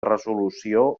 resolució